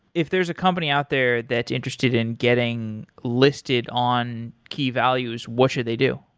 if there is a company out there that's interested in getting listed on key values, what should they do?